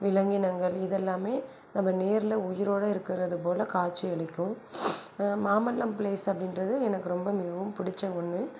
விலங்கினங்கள் இது எல்லாம் நம்ம நேரில் உயிரோடு இருக்கிறது போல காட்சி அளிக்கும் மாமல்லம் ப்ளேஸ் அப்படிங்குறது எனக்கு ரொம்ப மிகவும் பிடிச்ச ஒன்று